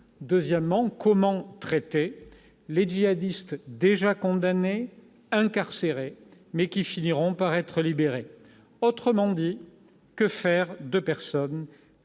Deuxièmement, comment traiter les djihadistes déjà condamnés, incarcérés, mais qui finiront par être libérés ? Autrement dit, que faire de personnes